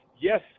Yes